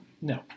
No